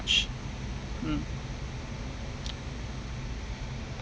mm